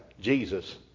Jesus